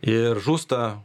ir žūsta